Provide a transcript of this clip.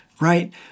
right